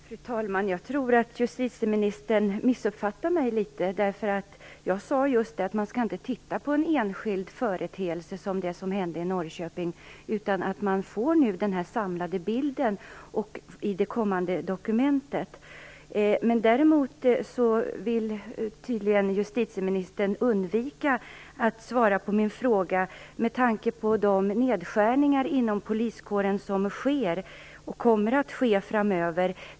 Fru talman! Jag tror att justitieministern missuppfattade mig litet. Jag sade just det att man inte skall titta på en enskild företeelse, som det som hände i Norrköping, utan vänta på att man får den samlade bilden i det kommande dokumentet. Däremot vill justitieministern tydligen undvika att svara på min fråga om de nedskärningar inom poliskåren som sker och kommer att ske framöver.